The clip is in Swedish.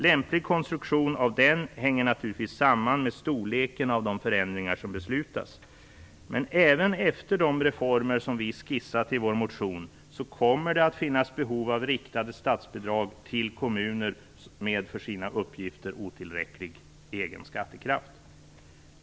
Lämplig konstruktion av den hänger naturligtvis samman med storleken av de förändringar som beslutas. Men även efter de reformer som vi skisserat i vår motion kommer det att finnas behov av riktade statsbidrag till kommuner med för uppgifterna otillräcklig egen skattekraft.